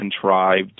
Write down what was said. contrived